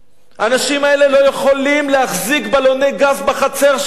האנשים האלה לא יכולים להחזיק בלוני גז בחצר שלהם.